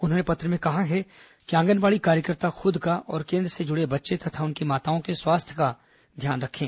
उन्होंने पत्र में कहा है कि आंगनबाड़ी कार्यकर्ता खुद का और केन्द्र से जुड़े बच्चे तथा उनकी माताओं के स्वास्थ्य का ध्यान रखें